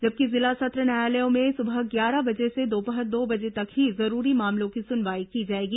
जबकि जिला सत्र न्यायालयों में सुबह ग्यारह बजे से दोपहर दो बजे तक ही जरूरी मामलों की सुनवाई की जाएगी